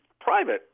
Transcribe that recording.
private